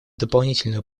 дополнительную